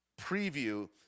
preview